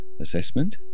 assessment